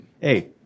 hey